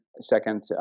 second